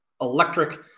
electric